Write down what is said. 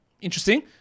interesting